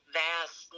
vast